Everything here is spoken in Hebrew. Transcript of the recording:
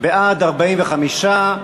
בעד, 45,